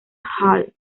hall